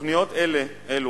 תוכניות אלו,